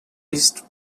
east